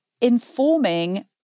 informing